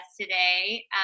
today